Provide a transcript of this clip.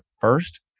first